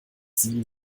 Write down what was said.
sieben